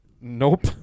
Nope